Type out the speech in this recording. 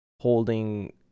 holding